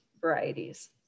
varieties